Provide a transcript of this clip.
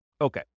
Okay